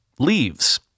leaves